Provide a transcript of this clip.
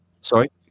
sorry